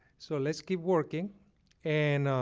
so let's keep working and